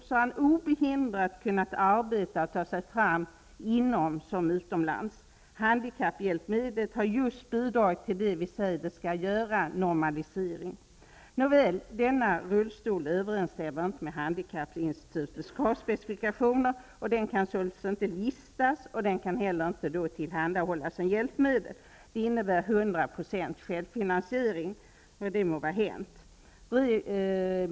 Han har obehindrat kunna arbeta och ta sig fram såväl här hemma som utomlands. Handikapphjälpmedlet har bidragit till just det vi säger att det skall göra, dvs. till normalisering. Denna rullstol överensstämmer emellertid inte med handikappinstitutets kravspecifikationer. Den kan således inte listas och tillhandahållas som hjälpmedel. Det innebär 100 % självfinansiering. Det må vara hänt.